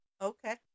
Okay